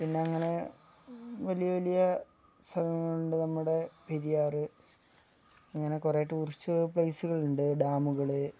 പിന്നങ്ങനെ വലിയ വലിയ സ്ഥലങ്ങള് ഉണ്ട് നമ്മുടെ പെരിയാറ് അങ്ങനെ കുറേ ടൂറിസ്റ്റ് പ്ലേസുകള് ഉണ്ട് ഡാമുകള്